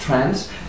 trends